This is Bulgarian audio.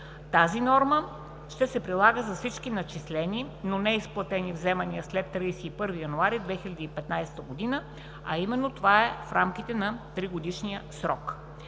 тази норма ще се прилага за всички начислени, но неизплатени вземания след 31 януари 2015 г., а именно това е в рамките на тригодишния срок.